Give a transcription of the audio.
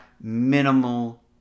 minimal